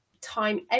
time